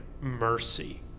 mercy